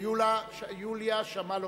ויוליה שמאלוב-ברקוביץ.